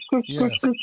yes